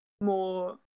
more